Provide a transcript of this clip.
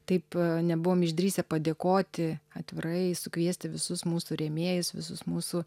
taip nebuvom išdrįsę padėkoti atvirai sukviesti visus mūsų rėmėjus visus mūsų